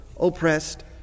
oppressed